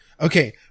Okay